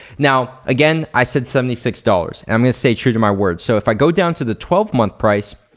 now, again i said seventy six dollars and i'm gonna stay true to my word. so if i go down to the twelve month price,